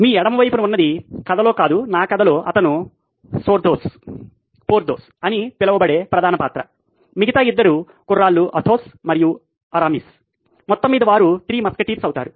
మీ ఎడమ వైపున ఉన్నది కథలో కాదు నా కథలో అతను పోర్థోస్ అని పిలువబడే ప్రధాన పాత్ర మిగతా ఇద్దరు కుర్రాళ్ళు అథోస్ మరియు అరామిస్ మొత్తం మీద వారు త్రీ మస్కటీర్స్ అవుతారు